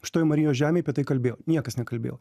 šitoj marijos žemėj apie tai kalbėjo niekas nekalbėjo